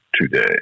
today